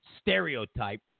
stereotype